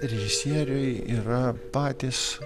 režisieriai yra patys